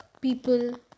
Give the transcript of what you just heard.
people